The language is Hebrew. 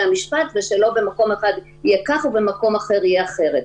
המשפט ושלא במקום אחד יהיה כך ובמקום אחר יהיה אחרת.